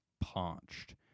parched